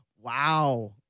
wow